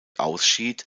ausschied